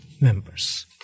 members